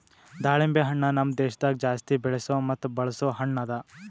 ದಾಳಿಂಬೆ ಹಣ್ಣ ನಮ್ ದೇಶದಾಗ್ ಜಾಸ್ತಿ ಬೆಳೆಸೋ ಮತ್ತ ಬಳಸೋ ಹಣ್ಣ ಅದಾ